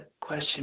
question